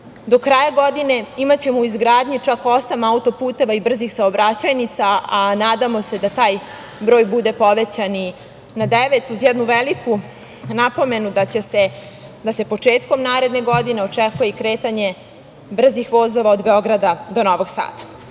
Do kraja godine imaćemo u izgradnji čak osam autoputeva i brzih saobraćajnica, a nadamo se da taj broj bude povećan i na devet, uz jednu veliku napomenu da se početkom naredne godine očekuje i kretanje brzih vozova od Beograda do Novog